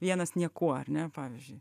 vienas niekuo ar ne pavyzdžiui